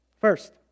First